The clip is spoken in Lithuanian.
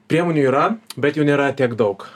priemonių yra bet jų nėra tiek daug